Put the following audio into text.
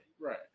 Right